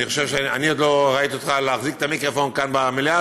אני עוד לא ראיתי אותך מחזיק את המיקרופון כאן במליאה,